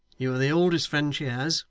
you are the oldest friend she has,